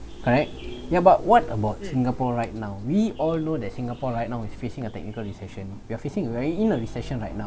alright yeah but what about singapore right now we all know that singapore right now is facing a technical recession we are facing a very in a recession right now